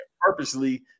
purposely